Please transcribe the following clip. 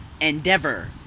Endeavor